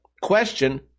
question